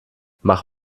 mach